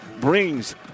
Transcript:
brings